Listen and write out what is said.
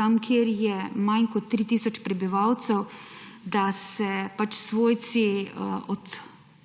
tam kjer je manj kot 3 tisoč prebivalcev, da se svojci